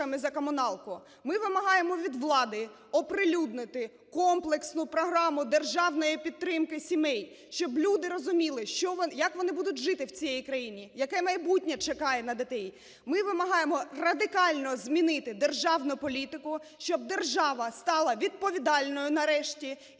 Ми вимагаємо від влади оприлюднити комплексну програму державної підтримки сімей, щоб люди розуміли, як вони будуть жити в цій країні, яке майбутнє чекає на дітей. Ми вимагаємо радикально змінити державну політику, щоб держава стала відповідальною, нарешті, і щоб ми дочекалися